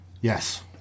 Yes